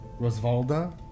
Rosvalda